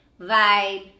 vibe